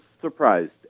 surprised